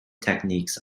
techniques